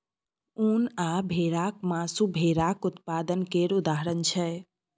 उन आ भेराक मासु भेराक उत्पाद केर उदाहरण छै